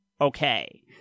okay